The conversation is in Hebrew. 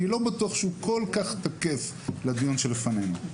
אני לא בטוח שהוא כל כך תקף לדיון שלפנינו.